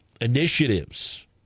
Initiatives